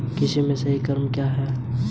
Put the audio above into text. कृषि में सही क्रम क्या है?